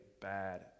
bad